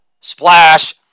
splash